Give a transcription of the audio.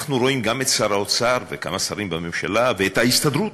אנחנו רואים גם את שר האוצר וגם השרים בממשלה ואת ההסתדרות,